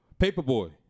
Paperboy